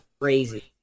crazy